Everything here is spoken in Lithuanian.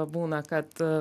būna kad